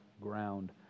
ground